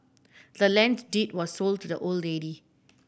the land's deed was sold to the old lady